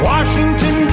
Washington